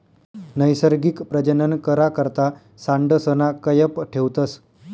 नैसर्गिक प्रजनन करा करता सांडसना कयप ठेवतस